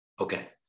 Okay